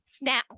now